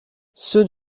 ceux